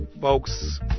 folks